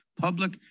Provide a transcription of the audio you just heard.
public